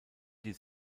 die